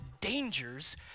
dangers